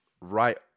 right